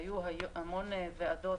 היו המון ועדות,